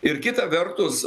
ir kita vertus